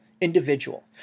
Individual